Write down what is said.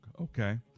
Okay